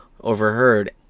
overheard